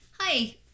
Hi